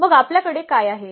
मग आपल्याकडे काय आहे